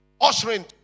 Ushering